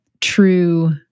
true